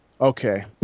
Okay